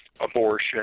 abortion